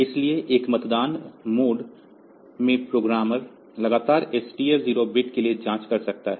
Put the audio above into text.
इसलिए एक मतदान मोड में प्रोग्रामर लगातार इस TF0 बिट्स के लिए जाँच कर सकता है